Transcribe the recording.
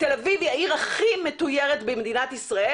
אביב היא העיר הכי מתויירת במדינת ישראל